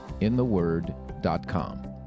intheword.com